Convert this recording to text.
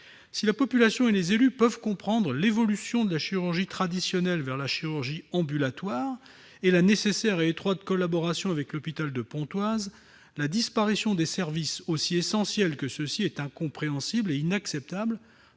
Si la population et les élus peuvent comprendre l'évolution de la chirurgie traditionnelle vers la chirurgie ambulatoire et la nécessaire et étroite collaboration avec l'hôpital de Pontoise, la disparition de services aussi essentiels est incompréhensible et inacceptable